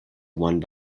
one